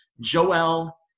joel